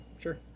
Sure